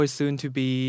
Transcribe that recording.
soon-to-be